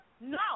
No